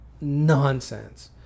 nonsense